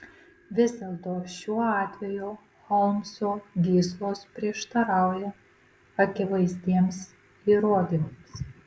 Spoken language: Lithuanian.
vis dėlto šiuo atveju holmso gyslos prieštarauja akivaizdiems įrodymams